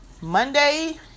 Monday